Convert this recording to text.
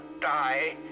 die